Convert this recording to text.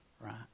right